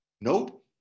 Nope